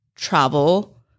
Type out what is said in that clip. travel